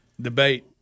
Debate